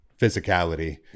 physicality